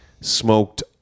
smoked